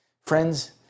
Friends